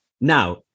Now